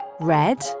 red